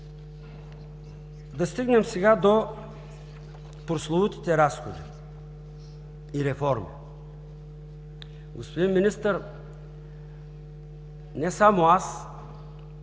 Да стигнем сега до прословутите разходи и реформи. Господин Министър, не само аз,